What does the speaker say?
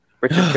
Richard